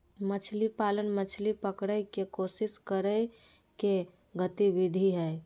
मछली पालन, मछली पकड़य के कोशिश करय के गतिविधि हइ